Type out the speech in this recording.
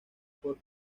por